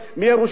מירושלים,